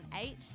eight